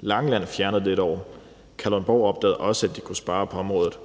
Langeland Kommune fjerner det i år, og Kalundborg opdagede også, at de kunne spare på området.